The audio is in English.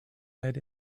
head